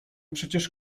przecież